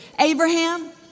Abraham